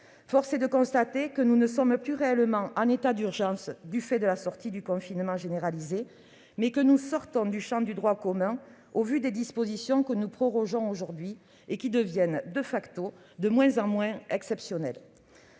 Force est de constater que nous ne sommes plus réellement en état d'urgence, du fait de la sortie du confinement généralisé, mais que nous sortons du champ du droit commun au vu des dispositions que nous prorogeons aujourd'hui et qui deviennent de moins en moins exceptionnelles.